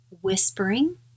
whispering